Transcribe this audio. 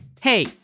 Hey